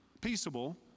peaceable